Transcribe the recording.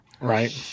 Right